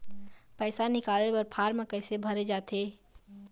पैसा निकाले बर फार्म कैसे भरे जाथे?